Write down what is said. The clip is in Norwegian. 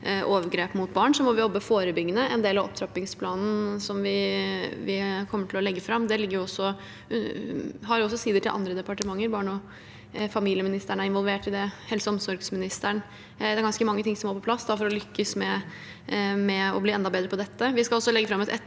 må vi jobbe forebyggende. En del av opptrappingsplanen som vi kommer til å legge fram, har også sider til andre departementer. Barne- og familieministeren og helse- og omsorgsministeren er involvert i det. Det er ganske mange ting som må på plass for å lykkes med å bli enda bedre på dette.